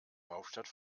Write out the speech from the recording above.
hauptstadt